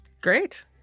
Great